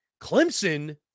Clemson